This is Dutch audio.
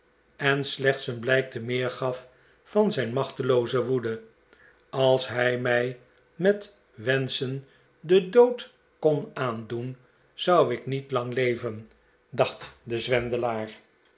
en slechts een blijk te meer gaf van zijn machtelooze woede als hij mij met wenschen den dood kon aandoen zou ik niet lang leven dacht de